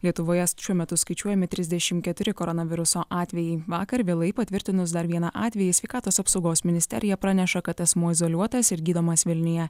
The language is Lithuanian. lietuvoje šiuo metu skaičiuojami trisdešim keturi koronaviruso atvejai vakar vėlai patvirtinus dar vieną atvejį sveikatos apsaugos ministerija praneša kad asmuo izoliuotas ir gydomas vilniuje